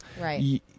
Right